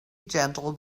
gentle